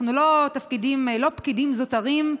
אנחנו לא פקידים זוטרים,